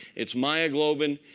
it's myoglobin.